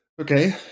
Okay